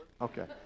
okay